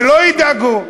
שלא ידאגו.